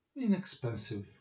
inexpensive